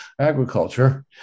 agriculture